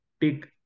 take